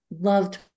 loved